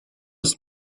ist